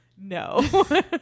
no